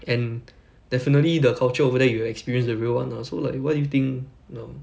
and definitely the culture over there you will experience the real [one] ah so like why do you think you know